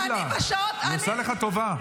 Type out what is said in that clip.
היא עושה לך טובה.